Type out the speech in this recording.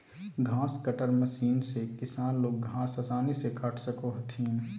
घास cutter machine से किसान लोग घास आसानी से काट सको हथिन